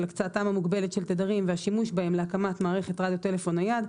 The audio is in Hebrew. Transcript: הקצאתם המוגבלת של תדרים והשימוש בהם להקמת מערכת רדיו טלפון נייד,